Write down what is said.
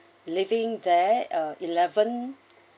living there uh eleven